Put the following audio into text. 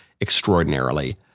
extraordinarily